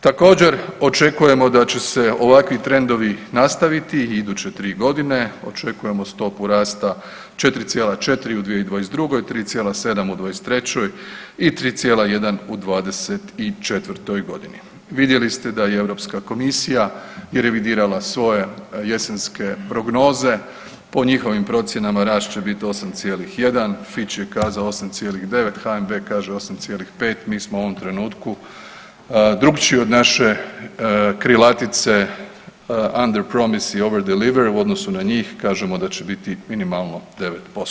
Također, očekujemo da će se ovakvi trendovi nastaviti i iduće 3 godine, očekujemo stopu rasta 4,4 u 2022., 3,7 u '23. i 3,1 u '24. g. Vidjeli ste da je i EU komisija je revidirala svoje jesenske prognoze po njihovim procjenama rast će biti 8,1, Fitch je kazao 8,9, HNB kaže 8,5, mi smo u ovom trenutku drukčiji od naše krilatice „Under promise over deliver“, u odnosu na njih, kažemo da će biti minimalno 9%